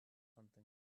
something